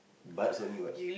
butts only what